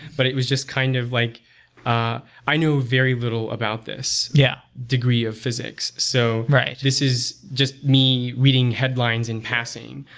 but it was just kind of like ah i knew very little about this yeah degree of physics. so this is just me reading headlines in passing.